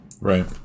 right